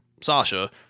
Sasha